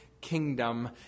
kingdom